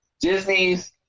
disney's